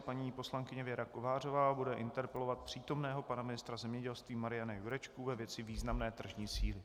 Paní poslankyně Věra Kovářová bude interpelovat přítomného pana ministra zemědělství Mariana Jurečku ve věci významné tržní síly.